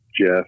Jeff